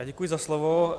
Děkuji za slovo.